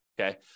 okay